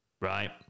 Right